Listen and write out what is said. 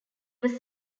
was